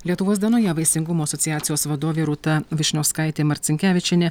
lietuvos dienoje vaisingumo asociacijos vadovė rūta vyšniauskaitė marcinkevičienė